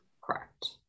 Correct